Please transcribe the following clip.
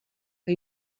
que